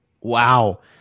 Wow